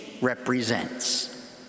represents